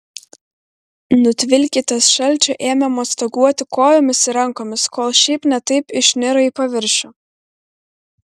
nutvilkytas šalčio ėmė mostaguoti kojomis ir rankomis kol šiaip ne taip išniro į paviršių